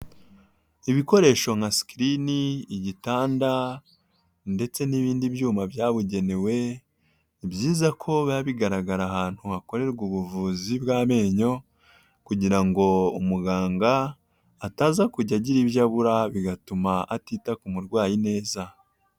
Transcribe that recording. Ibikoresho nka sikirini, igitanda ndetse n'ibindi byuma byabugenewe ni byiza ko biba bigaragara ahantu hakorerwa ubuvuzi bw'amenyo kugira ngo umuganga ataza kujya agira ibyo abura bigatuma atita ku murwayi neza.